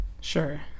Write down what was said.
Sure